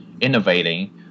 innovating